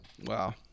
Wow